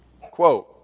Quote